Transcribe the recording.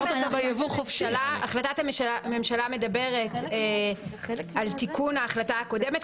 החלטת הממשלה מדברת על תיקון ההחלטה הקודמת,